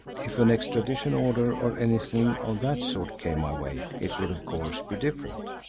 if an extradition order or anything of that sort came my way, it would, of course, be different.